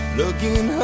looking